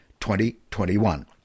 2021